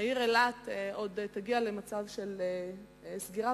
העיר אילת עוד תגיע למצב של סגירה,